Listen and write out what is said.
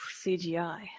CGI